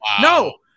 No